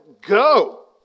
Go